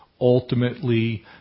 ultimately